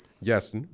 yes